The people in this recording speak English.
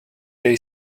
day